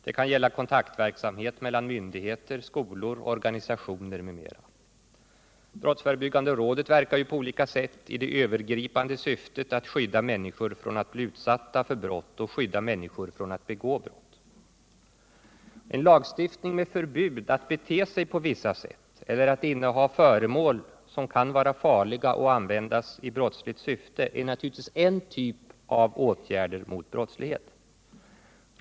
Det kan gälla kontaktverksamhet mellan myndigheter, skolor, organisationer m.m. Brottsförebyggande rådet verkar på olika sätt i det övergripande syftet att skydda människor från att bli utsatta för brott och skydda människor från att begå brott. En lagstiftning med förbud att bete sig på vissa sätt eller att inneha föremål som kan vara farliga och användas i brottsligt syfte är naturligtvis en typ av åtgärder mot brottslighet.